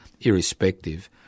irrespective